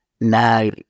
Now